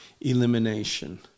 elimination